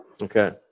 Okay